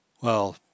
Well